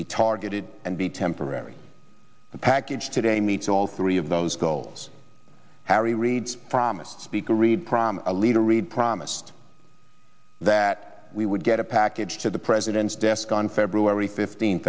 be targeted and be temporary the package today meets all three of those goals harry reid's promised speaker reid promise a leader reid promised that we would get a package to the president's desk on february fifteenth